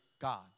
God